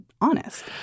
honest